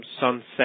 sunset